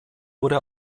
wurde